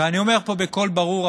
ואני אומר פה בקול ברור,